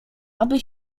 aby